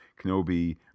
Kenobi